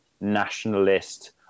nationalist